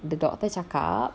the doctor cakap